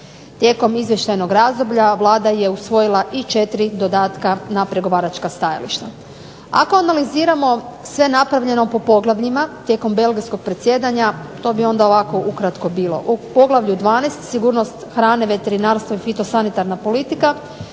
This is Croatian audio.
Tijekom izvještajnog razdoblja Vlada je usvojila i 4 dodatka na pregovaračka stajališta. Ako analiziramo sve napravljeno po poglavljima tijekom belgijskog predsjedanja to bi onda ovako ukratko bilo: u Poglavlju 12. – Sigurnost hrane, veterinarstvo i fitosanitarna politika,